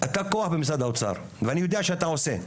אתה כוח במשרד האוצר ואני יודע שאתה עושה.